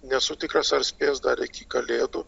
nesu tikras ar spės dar iki kalėdų